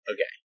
Okay